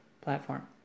platform